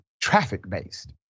traffic-based